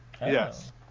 Yes